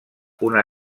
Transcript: una